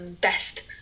best